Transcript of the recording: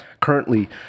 Currently